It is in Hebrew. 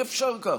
אי-אפשר ככה.